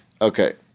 Okay